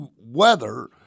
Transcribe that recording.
weather